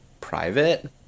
private